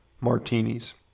martinis